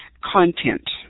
content